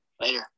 Later